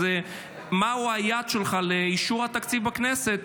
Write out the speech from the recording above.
אז מהו היעד שלך כשר האוצר לאישור התקציב בכנסת?